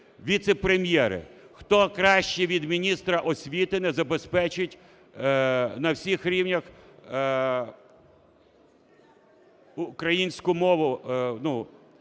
віце-прем'єри? Хто краще від міністра освіти не забезпечить на всіх рівнях українську мову,